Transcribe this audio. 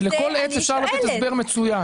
ועל כל עץ אפשר לתת הסבר מצוין.